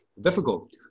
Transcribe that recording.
Difficult